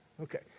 Okay